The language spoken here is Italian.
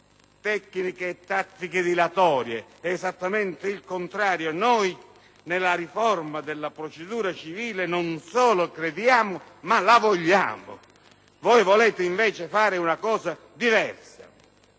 tecniche e tattiche dilatorie, è esattamente il contrario: noi nella riforma della procedura civile non solo ci crediamo, ma la vogliamo; voi volete invece fare una cosa diversa.